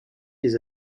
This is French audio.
les